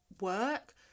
work